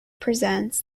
presents